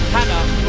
Hannah